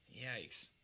Yikes